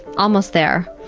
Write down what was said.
almost there.